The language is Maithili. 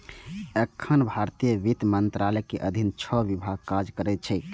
एखन भारतीय वित्त मंत्रालयक अधीन छह विभाग काज करैत छैक